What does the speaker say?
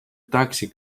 taxi